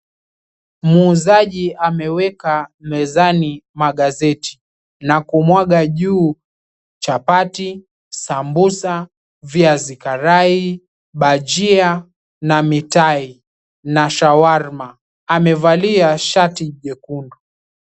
Muuzaji ameweka mezani magazeti na kumwaga juu chapati, sambusa, viazi karai, bajia na mitayi na shawarma. Amevalia shati nyekundu.